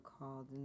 called